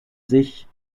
sich